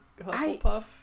Hufflepuff